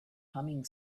humming